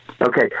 okay